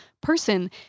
person